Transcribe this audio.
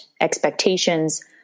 expectations